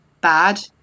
bad